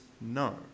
no